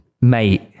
mate